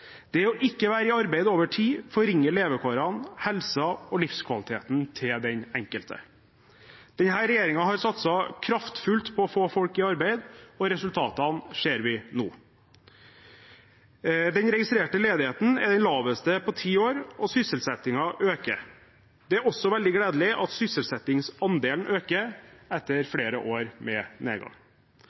Det å ikke være i arbeid over tid forringer levekårene, helsen og livskvaliteten til den enkelte. Denne regjeringen har satset kraftfullt på å få folk i arbeid, og resultatene ser vi nå. Den registrerte ledigheten er den laveste på ti år, og sysselsettingen øker. Det er også veldig gledelig at sysselsettingsandelen øker etter flere år med nedgang.